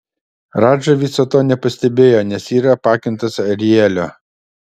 radža viso to nepastebėjo nes yra apakintas arielio